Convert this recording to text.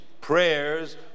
prayers